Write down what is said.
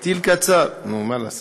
פתיל קצר, נו, מה לעשות.